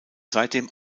seitdem